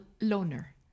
loner